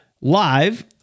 live